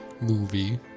movie